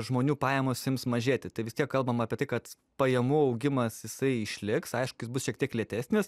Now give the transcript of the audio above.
žmonių pajamos ims mažėti tai vis tiek kalbam apie tai kad pajamų augimas jisai išliks aišku jis bus šiek tiek lėtesnis